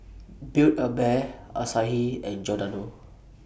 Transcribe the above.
Build A Bear Asahi and Giordano